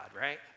right